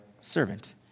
servant